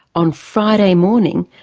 on friday morning,